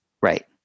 right